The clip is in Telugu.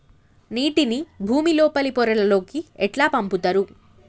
నీటిని భుమి లోపలి పొరలలోకి ఎట్లా పంపుతరు?